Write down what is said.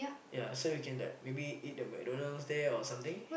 ya so we can like maybe eat the McDonald's there or something